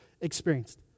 experienced